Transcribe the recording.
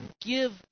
give